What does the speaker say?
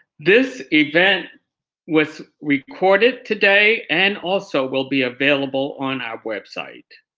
this event was recorded today and also will be available on our website.